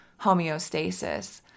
homeostasis